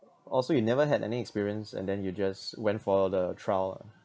oh so you never had any experience and then you just went for the trial lah